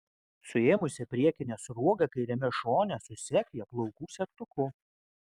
suėmusi priekinę sruogą kairiame šone susek ją plaukų segtuku